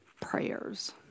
prayers